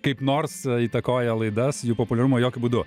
kaip nors įtakoja laidas jų populiarumo jokiu būdu